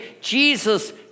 Jesus